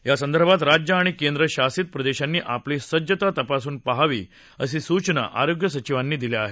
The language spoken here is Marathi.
यासंदर्भात राज्य आणि केंद्रशासित प्रदेशांनी आपली सज्जता तपासून पाहावी अशा सूचना आरोग्य सचिवांनी दिल्या आहेत